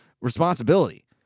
responsibility